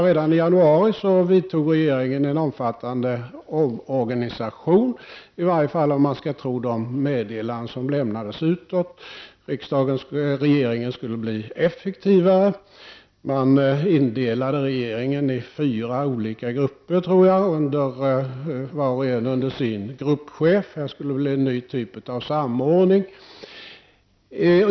Redan i januari vidtog regeringen en omfattande omorganisation, i varje fall om man skall tro de meddelanden som lämnades utåt. Regeringen skulle bli effektivare. Man delade in regeringen i fyra olika grupper, tror jag, var och en under sin egen gruppchef. Det skulle bli en ny typ av samordning.